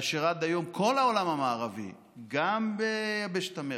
עד היום כל העולם המערבי, גם ביבשת אמריקה,